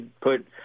put –